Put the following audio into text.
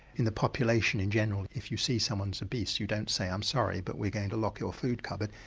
in the population in general if you see someone is obese you don't say i'm sorry but we're going to lock your food cupboard.